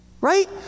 Right